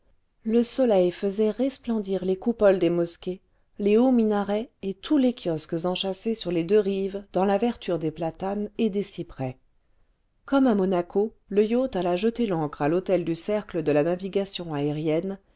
le soleil faisait resplendir les coupoles des mosquées les hauts minarets et tous les kiosques enchâssés sur les deux rives dans la verdure des platanes et des cyprès comme à monaco le yacht alla jeter l'ancre à l'hôtel du cercle de la navigation aérienne